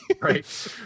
Right